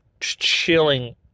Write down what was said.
chilling